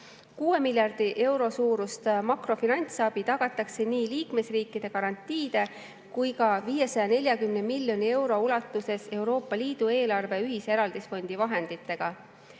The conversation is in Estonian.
6 miljardi euro suurust makrofinantsabi tagatakse nii liikmesriikide garantiide kui ka 540 miljoni euro ulatuses Euroopa Liidu eelarve ühise eraldisfondi vahenditega.